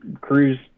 cruise